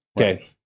Okay